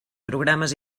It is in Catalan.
programes